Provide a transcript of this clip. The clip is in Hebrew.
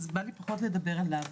אז בא לי פחות לדבר עליו.